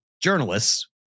journalists